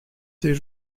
ses